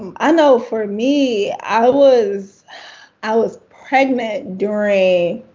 i know for me, i was i was pregnant during